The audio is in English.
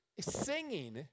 singing